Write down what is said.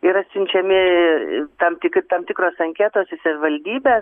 yra siunčiami tam tikri tam tikros anketos į savivaldybes